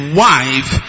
wife